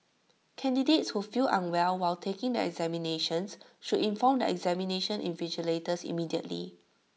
candidates who feel unwell while taking the examinations should inform the examination invigilators immediately